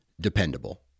dependable